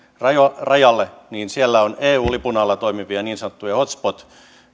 rajalle rajalle niin siellä on eun lipun alla toimivia niin sanottuja hot spot